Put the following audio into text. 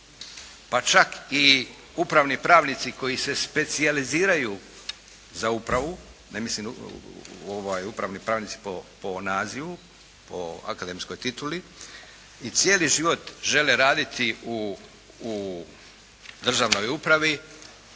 Pa čak i upravni pravnici koji se specijaliziraju za upravu. Ne mislim upravni pravnici po nazivu, po akademskoj tituli i cijeli život žele raditi u državnoj upravi